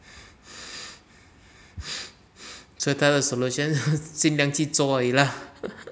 so 他的 solution 尽量去做而已 lah